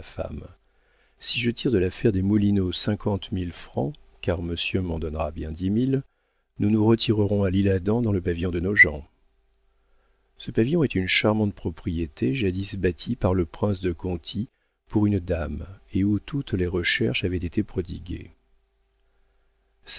si je tire de l'affaire des moulineaux cinquante mille francs car monsieur m'en donnera bien dix mille nous nous retirerons à l'isle-adam dans le pavillon de nogent ce pavillon est une charmante propriété jadis bâtie par le prince de conti pour une dame et où toutes les recherches avaient été prodiguées